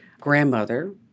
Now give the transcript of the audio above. Grandmother